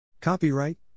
Copyright